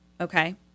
Okay